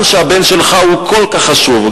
גם כשהבן שלך כל כך חשוב,